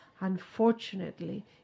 unfortunately